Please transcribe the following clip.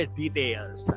details